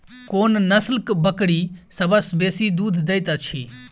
कोन नसलक बकरी सबसँ बेसी दूध देइत अछि?